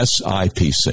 SIPC